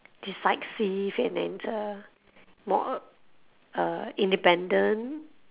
decisive and then uh more uh uh independent